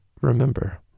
remember